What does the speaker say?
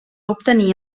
obtenir